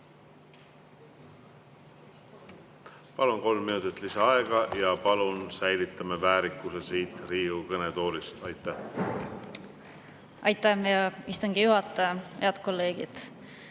Palun, kolm minutit lisaaega! Ja palun säilitame väärikuse siin Riigikogu kõnetoolis. Aitäh! Aitäh, hea istungi juhataja! Head kolleegid!